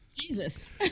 Jesus